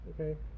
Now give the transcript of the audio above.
okay